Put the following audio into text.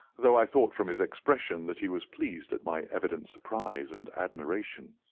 though i thought from his expression that he was pleased at my evident surprise and admiration.